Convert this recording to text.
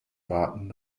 warten